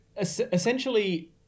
essentially